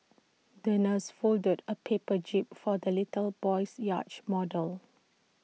the nurse folded A paper jib for the little boy's yacht model